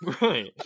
Right